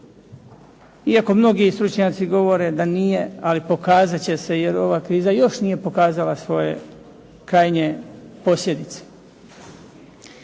Iako mnogi stručnjaci govore da nije, ali pokazat će se, jer ova kriza još nije pokazala svoje krajnje posljedice.